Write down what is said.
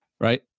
right